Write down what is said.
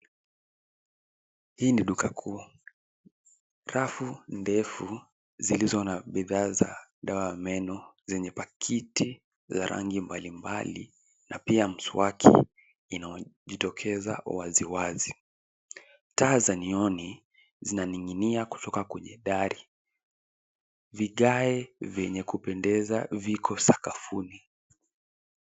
Hii ni duka kuu. Rafu ndefu zilizo na bidhaa za dawa ya meno zenye pakiti za rangi mbalimbali na pia mswaki inajitokeza waziwazi. Taa za neoni zinaning'inia kutoka kwenye dari. Vigae vyenye kupendeza viko sakafuni.